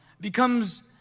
becomes